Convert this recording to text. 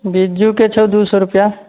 बिज्जूके छौ दू सए रुपैआ